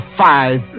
five